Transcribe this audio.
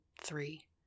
three